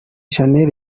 shanel